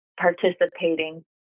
participating